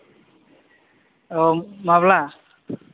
औ माब्ला